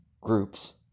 groups